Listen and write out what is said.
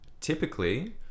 typically